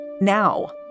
Now